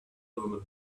woman